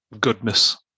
goodness